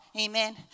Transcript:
amen